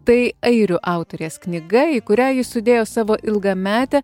tai airių autorės knyga į kurią ji sudėjo savo ilgametę